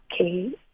Okay